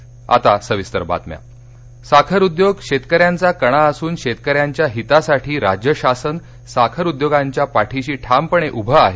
बाईटम्ख्यमंत्री साखर उद्योग शेतकऱ्यांचा कणा असून शेतकऱ्यांच्या हितासाठी राज्य शासन साखर उद्योगांच्या पाठीशी ठामपणे उभे आहे